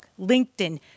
LinkedIn